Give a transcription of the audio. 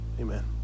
Amen